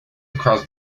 across